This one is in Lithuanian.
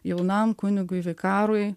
jaunam kunigui vikarui